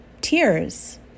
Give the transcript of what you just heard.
tears